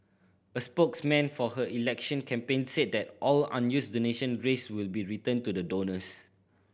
a spokesman for her election campaign said that all unused donation raised will be returned to the donors